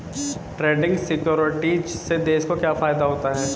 Trading securities से देश को क्या फायदा होता है?